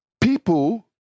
People